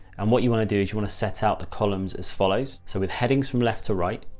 and what you want to do is you want to set out the columns as follows. so with headings from left to right,